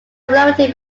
similarity